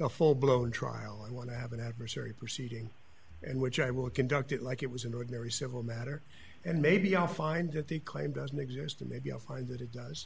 a full blown trial i want to have an adversary proceeding in which i will conduct it like it was an ordinary civil matter and maybe i'll find that the claim doesn't exist or maybe i'll find that it does